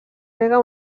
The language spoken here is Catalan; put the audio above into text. rega